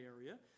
area